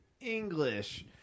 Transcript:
English